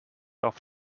off